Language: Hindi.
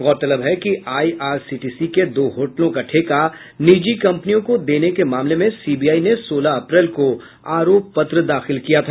गौरतलब है कि आईआरसीटीसी के दो होटलों का ठेका निजी कंपनियों को देने के मामले में सीबीआई ने सोलह अप्रैल को आरोप पत्र दाखिल किया था